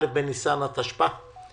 א' בניסן התשפ"א.